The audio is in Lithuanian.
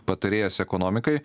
patarėjas ekonomikai